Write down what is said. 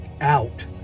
out